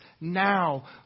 now